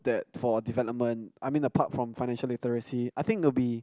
that for development I mean the part from financially literacy I think it will be